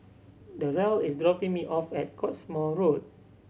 Darell is dropping me off at Cottesmore Road